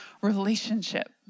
relationship